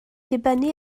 dibynnu